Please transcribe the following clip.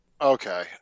okay